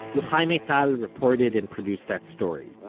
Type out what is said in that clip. yochai maital reported and produced that story.